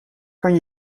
kan